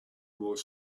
more